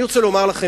אני רוצה לומר לכם,